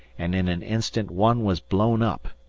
and in an instant one was blown up,